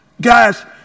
guys